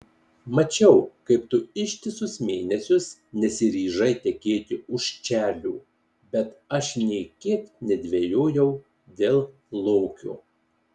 mačiau kaip tu ištisus mėnesius nesiryžai tekėti už čarlio bet aš nė kiek nedvejojau dėl lokio